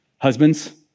Husbands